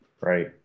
right